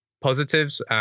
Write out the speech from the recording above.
positives